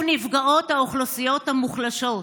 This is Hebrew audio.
שוב נפגעות האוכלוסיות המוחלשות.